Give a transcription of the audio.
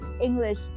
English